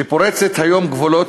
שפורצת היום גבולות,